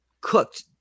cooked